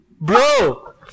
Bro